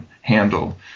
handle